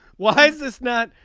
why is this not.